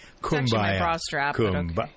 Kumbaya